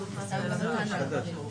תעזור לי.